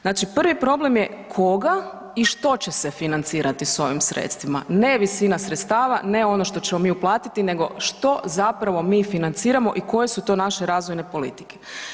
Znači prvi problem je koga i što će se financirati s ovim sredstvima, ne visina sredstava, ne ono što ćemo mi uplatiti, nego što zapravo mi financiramo i koje su to naše razvojne politike.